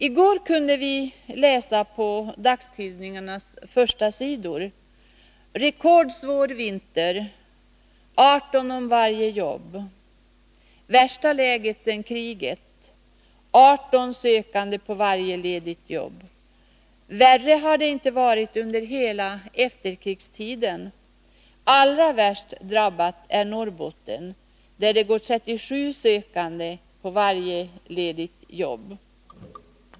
I går kunde vi läsa på dagstidningarnas förstasidor: ”Rekordsvår vinter — 18 om varje jobb”, ”Värsta läget sedan kriget”. 18 sökande på varje ledigt jobb — värre har det inte varit under hela efterkrigstiden. Allra värst drabbat är Norrbotten, där det går 37 sökande på varje ledigt jobb!